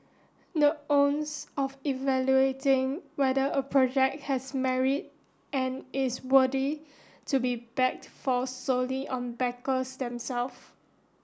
the onus of evaluating whether a project has merit and is worthy to be backed falls solely on backers them self